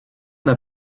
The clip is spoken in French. n’a